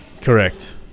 Correct